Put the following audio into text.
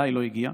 אליי לא הגיעה.